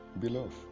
Beloved